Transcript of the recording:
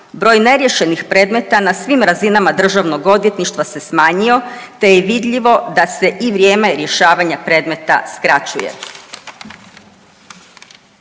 Broj neriješenih predmeta na svim razinama DORH-a se smanjio te je vidljivo da se i vrijeme rješavanja predmeta skraćuje.